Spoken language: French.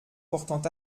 portant